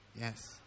Yes